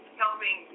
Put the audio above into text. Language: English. helping